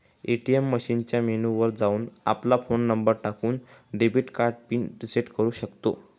ATM मशीनच्या menu वर जाऊन, आपला फोन नंबर टाकून, डेबिट कार्ड पिन रिसेट करू शकतो